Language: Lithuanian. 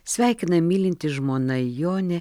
sveikina mylinti žmona jonė